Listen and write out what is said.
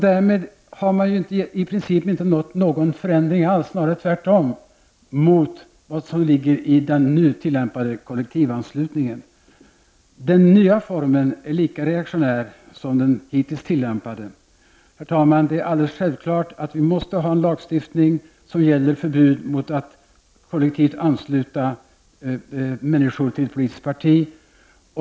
Därmed har man i princip inte nått någon förändring alls, snarare tvärtom, jämfört med innebörden av den nu tillämpade kollektivanslutningen. Den nya formen är lika reaktionär som den hittills tillämpade. Herr talman! Det är alldeles självklart att vi måste ha en lagstiftning som gäller förbud mot att kollektivansluta människor till ett visst parti.